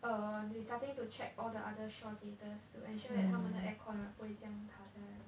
err they starting to check all the other Shaw theatres to ensure that 他们的 aircon 不会这样塌下来